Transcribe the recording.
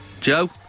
Joe